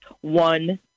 one